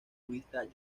jurista